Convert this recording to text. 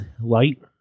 Light